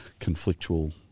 conflictual